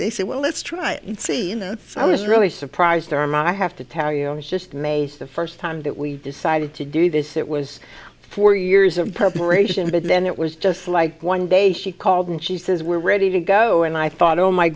they said well let's try it and see that i was really surprised erm i have to tell you i was just amazed the first time that we decided to do this it was four years of perpetration and then it was just like one day she called and she says we're ready to go and i thought oh my